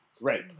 Right